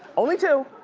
only two,